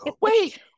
wait